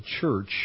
church